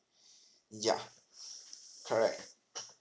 ya correct